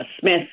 Smith